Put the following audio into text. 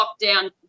lockdown